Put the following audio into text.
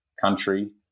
country